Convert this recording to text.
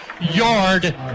yard